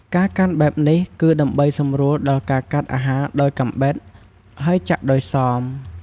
ការកាន់បែបនេះគឺដើម្បីសម្រួលដល់ការកាត់អាហារដោយកាំបិត ហើយចាក់ដោយសម។